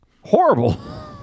Horrible